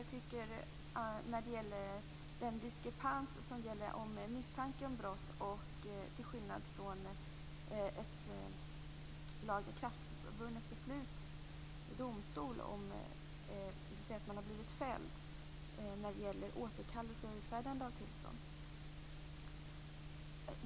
Jag vill slutligen när det gäller återkallelse och utfärdande av tillstånd bara kommentera det Centerpartiets representant sade om diskrepans mellan misstanke om brott och ett lagakraftvunnet beslut i domstol om man har blivit fälld.